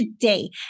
today